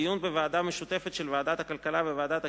לדיון בוועדה משותפת של ועדת הכלכלה וועדת החינוך,